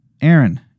Aaron